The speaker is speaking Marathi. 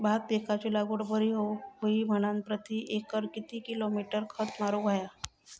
भात पिकाची लागवड बरी होऊक होई म्हणान प्रति एकर किती किलोग्रॅम खत मारुक होया?